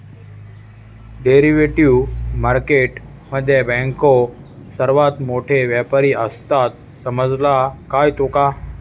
Derivative market मध्ये बँको सर्वात मोठे व्यापारी आसात, समजला काय तुका?